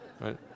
right